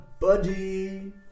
buddy